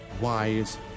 wise